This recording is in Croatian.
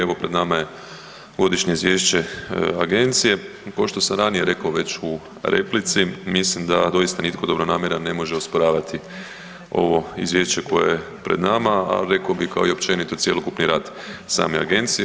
Evo pred nama je Godišnje izvješće agencije, ko što sam ranije reko već u replici, mislim da doista nitko dobronamjeran ne može osporavati ovo izvješće koje je pred nama a reko bi kao i općenito, cjelokupni rad same agencije.